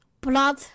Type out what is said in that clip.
blood